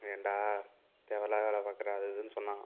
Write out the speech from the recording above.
ஏண்டா தேவை இல்லாத வேலை பார்க்குற அது இதுன்னு சொன்னாங்க